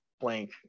blank